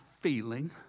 feeling